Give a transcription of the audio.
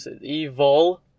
evil